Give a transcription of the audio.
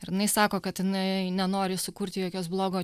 ir jinai sako kad jinai nenori sukurti jokios blogo